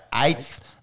Eighth